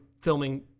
filming